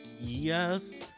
yes